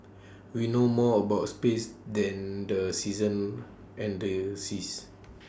we know more about space than the seasons and the seas